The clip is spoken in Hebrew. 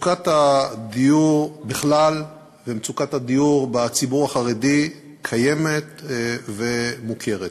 מצוקת הדיור בכלל ומצוקת הדיור בציבור החרדי קיימת ומוכרת.